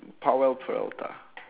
powell-peralta